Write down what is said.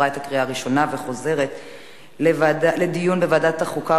לוועדת החוקה,